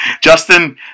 Justin